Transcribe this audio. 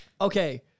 Okay